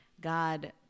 God